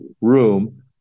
room